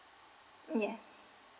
yes